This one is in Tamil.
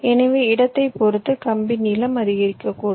எனவே இடத்தைப் பொறுத்து கம்பி நீளம் அதிகரிக்கக்கூடும்